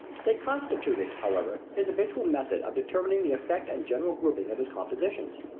they constituted, however, his habitual method of determining the effect and general grouping of his compositions.